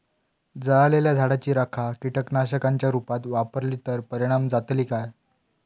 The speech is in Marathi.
जळालेल्या झाडाची रखा कीटकनाशकांच्या रुपात वापरली तर परिणाम जातली काय?